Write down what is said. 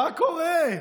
מה קורה?